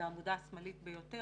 זה העמודה השמאלית ביותר.